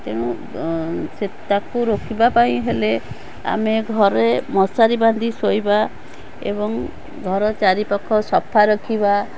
ତେଣୁ ସେ ତାକୁ ରୋକିବା ପାଇଁ ହେଲେ ଆମେ ଘରେ ମଶାରୀ ବାନ୍ଧି ଶୋଇବା ଏବଂ ଘର ଚାରିପାଖ ସଫା ରଖିବା